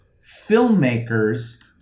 filmmakers